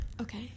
Okay